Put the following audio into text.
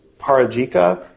Parajika